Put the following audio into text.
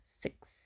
six